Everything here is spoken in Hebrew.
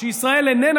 שישראל איננה,